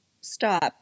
stop